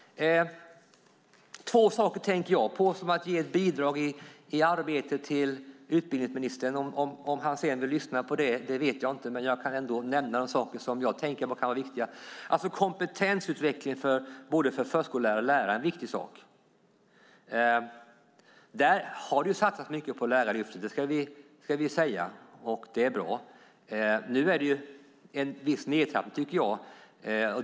Det finns två saker som jag tänker på, som jag kan ge utbildningsministern som bidrag i arbetet. Om han sedan vill lyssna på det vet jag inte, men jag kan ändå nämna de saker som jag tycker kan vara viktiga. Kompetensutveckling för både förskollärare och lärare är en viktig sak. Där har det satsats mycket på Lärarlyftet, och det är bra. Nu är det en viss nedtrappning, tycker jag.